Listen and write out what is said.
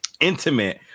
intimate